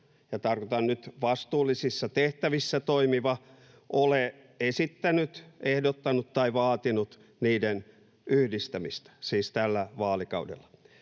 ja tarkoitan nyt kukaan vastuullisissa tehtävissä toimiva — ole esittänyt, ehdottanut tai vaatinut niiden yhdistämistä, siis tällä vaalikaudella.